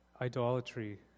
idolatry